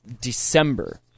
December